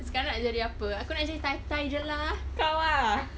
sekarang nak jadi apa aku nak jadi tai tai jer lah